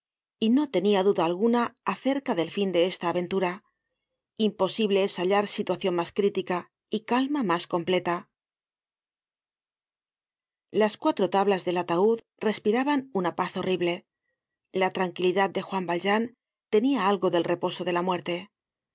y no tenia duda alguna acerca del fin de esta aventura imposible es hallar situacion mas crítica y calma mas completa las cuatro tablas del ataud respiraban una paz horrible la tranquilidad de juan valjean tenia algo del reposo de la muerte